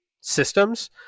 systems